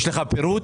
יש לך פירוט?